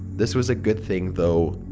this was a good thing though.